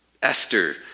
Esther